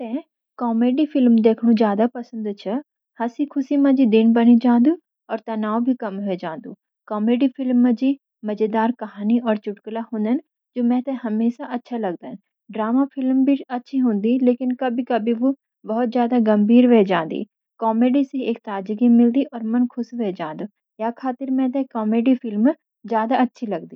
मेते comedy film देखनू जादा पसंद छ। हंसी खुशी माजी दिन बानी जंदु और तनाव भी कम होंडु। कॉमेडी फिल्म माजी मजेदार कहानी और चुटकला होंदन जू मेते हमें अच्छा लगदां। ड्रामा फिल्म भी अच्छी होंदी लेकिन कभी-कभी वु बहुत ज्यादा गंभीर वे जांदी। कॉमेडी सी एक ताजगी मिलदी और मन खुस वी जांदू। यखतीर में कॉमेडी फिल्म ज्यादा अच्छी लग दी।